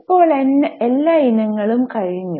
ഇപ്പോൾ എല്ലാ ഇനങ്ങളും കഴിഞ്ഞു